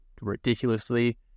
ridiculously